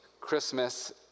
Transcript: Christmas